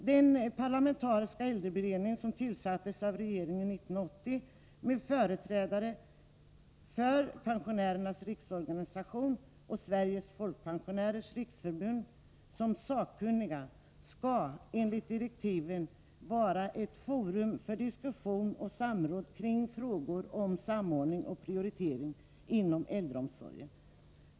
Den parlamentariska äldreberedning som tillsattes av regeringen 1980 med företrädare för Pensionärernas riksorganisation, PRO, och Sveriges folkpensionärers riksförbund, SFRF, som sakkunniga skall enligt direktiven vara ett forum för diskussion och samråd kring frågor om samordning och prioritering inom äldreomsorgen.